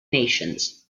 nations